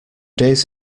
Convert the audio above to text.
days